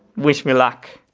wish me luck